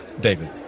David